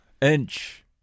Inch